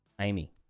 amy